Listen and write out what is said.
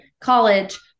college